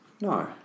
No